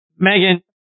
Megan